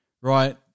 right